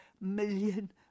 million